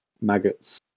Maggot's